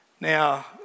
Now